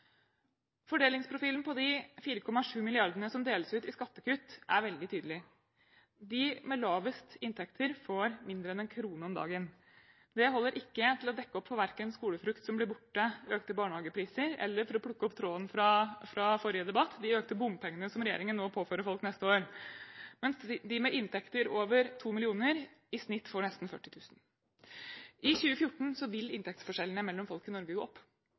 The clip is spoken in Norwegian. Fordelingsprofilen på de 4,7 mrd. kr som deles ut i skattekutt, er veldig tydelig. De med lavest inntekter får mindre enn én krone om dagen. Det holder ikke til å dekke opp for verken skolefrukt som ble borte, økte barnehagepriser eller – for å plukke opp tråden fra forrige debatt – de økte bompengene som regjeringen nå påfører folk neste år. Men de med inntekter over 2 mill. kr får i snitt nesten 40 000 kr. I 2014 vil inntektsforskjellene mellom folk i Norge